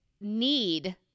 need